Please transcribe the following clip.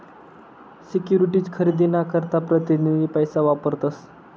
securities खरेदी ना करता प्रतीनिधी पैसा वापरतस